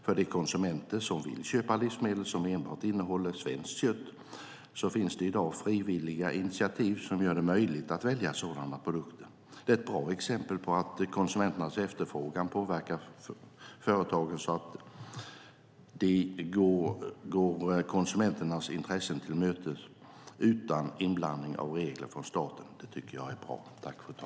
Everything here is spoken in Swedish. För de konsumenter som vill köpa livsmedel som enbart innehåller svenskt kött finns det i dag frivilliga initiativ som gör det möjligt att välja sådana produkter. Det är ett bra exempel på att konsumenternas efterfrågan påverkar företagen så att de går konsumenternas intressen till mötes utan inblandning av regler från staten. Det tycker jag är bra.